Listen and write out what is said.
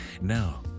Now